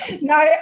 No